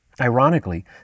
Ironically